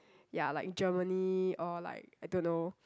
ya like Germany or like I don't know